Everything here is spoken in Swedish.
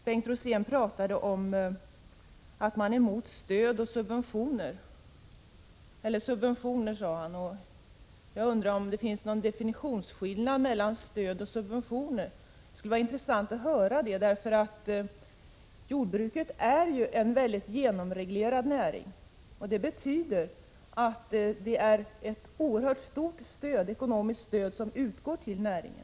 Bengt Rosén sade sig vara emot subventioner. Jag undrar om det finns någon definitionsskillnad mellan stöd och subventioner. Det skulle vara intressant att få höra folkpartiets uppfattning om det. Jordbruket är ju en mycket genomreglerad näring. Det betyder att ett oerhört stort ekonomiskt stöd utgår till näringen.